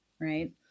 right